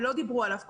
ולא דיברו עליו פה,